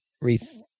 reese